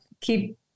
keep